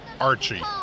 Archie